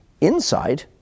inside